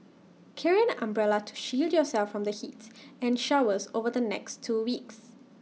carry an umbrella to shield yourself from the heats and showers over the next two weeks